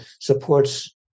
supports